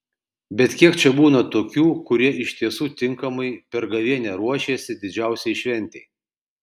bet kiek čia būna tokių kurie iš tiesų tinkamai per gavėnią ruošėsi didžiausiai šventei